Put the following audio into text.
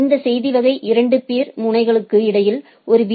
இந்த செய்தி வகை இரண்டு பீர் முனைகளுக்கு இடையில் ஒரு பி